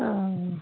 অ